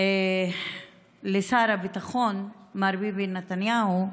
לשר הביטחון מר ביבי נתניהו,